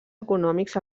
econòmics